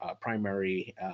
primary